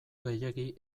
gehiegi